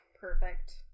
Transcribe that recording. perfect